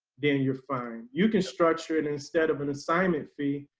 then you're fine. you can structure it instead of an assignment fee.